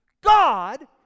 God